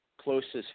closest